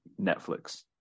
Netflix